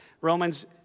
Romans